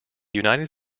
united